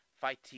Fight